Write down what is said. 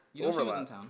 overlap